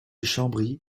chambry